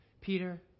Peter